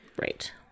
right